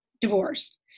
Divorced